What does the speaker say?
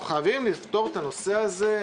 אנחנו חייבים לפתור את הנושא הזה.